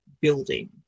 building